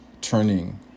turning